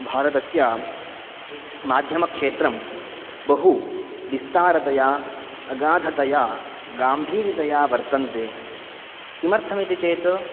भारतस्य माध्यमक्षेत्रं बहु विस्तारतया अगाधतया गाम्भीर्यतया वर्तन्ते किमर्थमिति चेत्